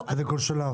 איזה כל שלב?